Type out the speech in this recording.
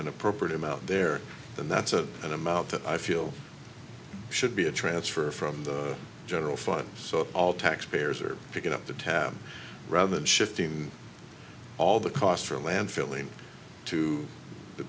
an appropriate amount there then that's a an amount that i feel should be a transfer from the general fund so all taxpayers are picking up the tab rather than shifting all the costs for landfill and to the